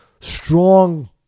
Strong